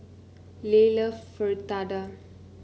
Leigh love Fritada